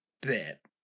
bit